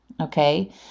okay